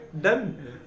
Done